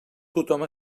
tothom